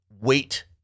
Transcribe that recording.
wait